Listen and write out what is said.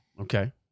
okay